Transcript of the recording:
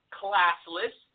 classless